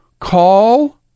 Call